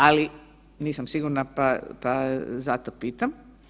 Ali, nisam sigurna pa zato pitam.